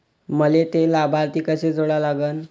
मले थे लाभार्थी कसे जोडा लागन?